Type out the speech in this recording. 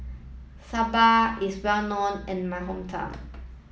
Sambar is well known in my hometown